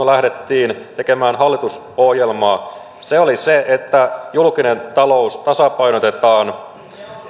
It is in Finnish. lähdettiin tekemään hallitusohjelmaa se oli se että julkinen talous tasapainotetaan